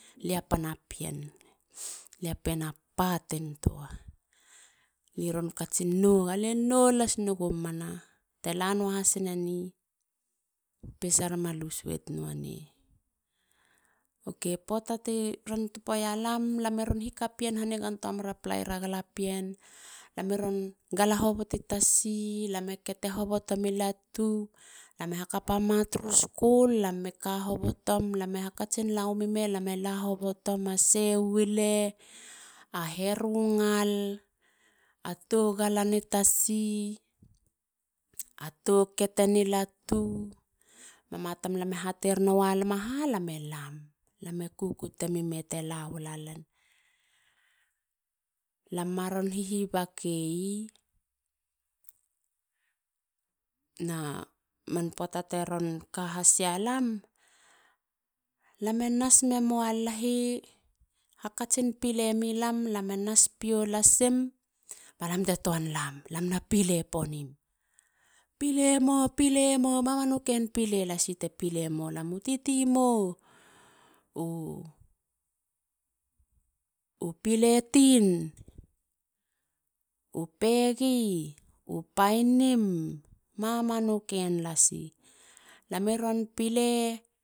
Lia pana pien. lia pien a patintua. liron katsin nou ga nou las nagu mana. Telanua hasineni. pesar ma lus weit nuane. Ok. puata tiron topo yalam. lami ron hikapien hanigantua mera palayira galapien. lame ron gala hovoti tasi. lame kete hovotomi latu. lame hakapama turu skul. lame ka hovotom. lame hakatsin lawamime. lame la hobotoma sei wule. a heru ngal. a tou galani tasi. a tou keteni latu. mama tamlam e hate renowa lam aha? Lame lam kukutemi mete lawelalen. lam maron hihibakeyi na man puata teron kahas yalam. lame nas memo a lahi. hakatsin pile milam lame nas pio lasim ba lam te tuan lam. lam na pile ponim. pile mo. pile mo. mamanu ken pile lasi te pile moulam. u titi mou. upile tin. u pegi. u painim. mamanu ken lasi. lame ron pile